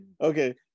Okay